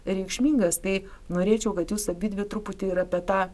reikšmingas tai norėčiau kad jūs abidvi truputį ir apie tą